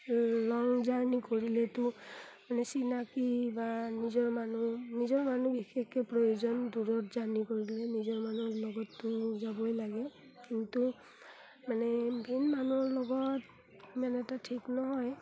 লং journey কৰিলেতো মানে চিনাকি বা নিজৰ মানুহ নিজৰ মানুহ বিশেষকৈ প্ৰয়োজন দূৰত জাৰ্ণি কৰিলে নিজৰ মানুহৰ লগততো যাবই লাগে কিন্তু মানে ভিন মানুহৰ লগত মানে এটা ঠিক নহয়